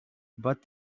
but